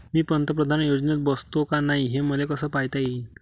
मी पंतप्रधान योजनेत बसतो का नाय, हे मले कस पायता येईन?